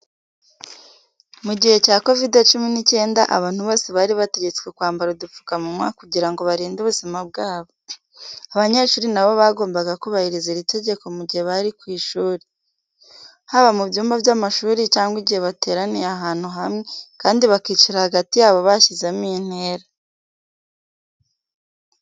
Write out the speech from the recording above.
Mu gihe cya COVID-19, abantu bose bari bategetswe kwambara udupfukamunwa kugira ngo barinde ubuzima bwabo. Abanyeshuri na bo bagombaga kubahiriza iri tegeko mu gihe bari ku ishuri, haba mu byumba by'amashuri cyangwa igihe bateraniye ahantu hamwe, kandi bakicara hagati yabo bashyizemo intera.